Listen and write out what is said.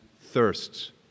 thirsts